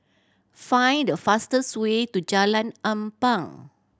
find the fastest way to Jalan Ampang